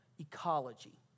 ecology